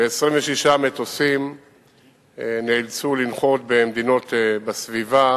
26 מטוסים נאלצו לנחות במדינות בסביבה